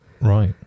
Right